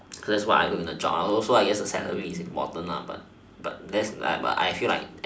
that's what I look in a job also I guess the salary is important but but that's like but I feel like